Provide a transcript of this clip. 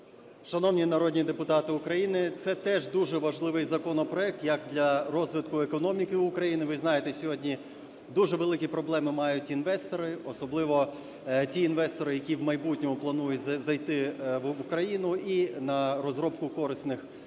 Шановні народні депутати України, це теж дуже важливий законопроект як для розвитку економіки України. Ви знаєте, сьогодні дуже великі проблеми мають інвестори, особливо ті інвестори, які в майбутньому планують зайти в Україну на розробку корисних копалень